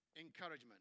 encouragement